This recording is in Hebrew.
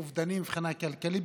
אובדני מבחינה כלכלית,